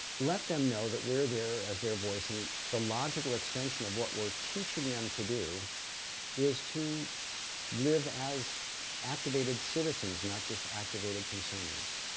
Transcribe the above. let them know that we're there as their voice and the logical extension of what we're teaching them to do is to live as activated citizens not just activated consumers.